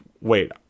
Wait